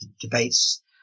debates